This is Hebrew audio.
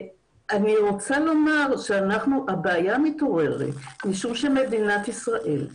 אני רוצה לומר שהבעיה מתעוררת משום שמדינת ישראל,